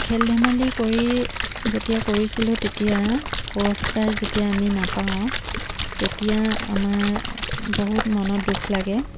খেল ধেমালি কৰি যেতিয়া কৰিছিলোঁ তেতিয়া পুৰস্কাৰ যেতিয়া আমি নাপাওঁ তেতিয়া আমাৰ বহুত মনত দুখ লাগে